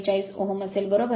44 ohm असेल बरोबर